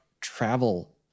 travel